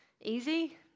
Easy